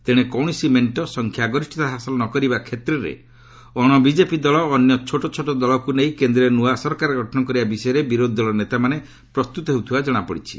ତେଶେ କୌଣସି ମେଣ୍ଟ ସଂଖ୍ୟା ଗରିଷତା ହାସଲ ନ କରିବା କ୍ଷେତ୍ରରେ ଅଣ ବିଜେପି ଦଳ ଓ ଅନ୍ୟ ଛୋଟ ଛୋଟ ଦଳଗୁଡ଼ିକୁ ନେଇ କେନ୍ଦ୍ରରେ ନୂଆ ସରକାର ଗଠନ କରିବା ବିଷୟରେ ବିରୋଧୀ ଦଳର ନେତାମାନେ ପ୍ରସ୍ତୁତ ହେଉଥିବା ଜଣାପଡ଼ିଛି